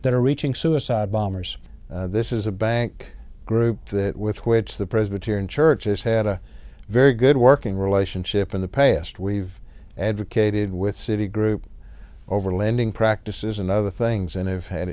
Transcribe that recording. that are reaching suicide bombers this is a bank group that with which the presbyterian church has had a very good working relationship in the past we've advocated with citi group over lending practices and other things and have had